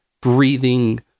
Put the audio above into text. breathing